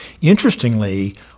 Interestingly